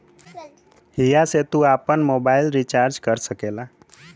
हिया से तू आफन मोबाइल रीचार्ज कर सकेला